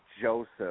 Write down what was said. Joseph